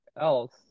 else